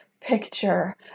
picture